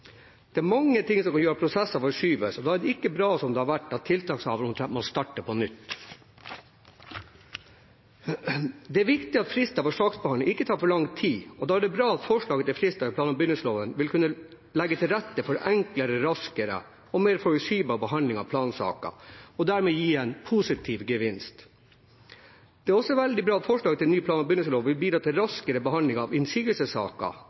Det er mange ting som kan gjøre at prosesser forskyves. Da er det ikke bra slik det har vært, at tiltakshavere omtrent har måttet starte på nytt. Det er viktig at saksbehandlingen ikke tar for lang tid. Da er det bra at forslaget til frister i plan- og bygningsloven vil kunne legge til rette for enklere, raskere og mer forutsigbar behandling av plansaker og dermed gi en positiv gevinst. Det er også veldig bra at forslaget til ny plan- og bygningslov vil bidra til en raskere behandling av innsigelsessaker